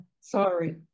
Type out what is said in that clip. Sorry